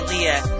Leah